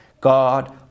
God